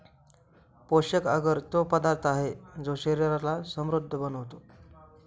पोषक अगर तो पदार्थ आहे, जो शरीराला समृद्ध बनवतो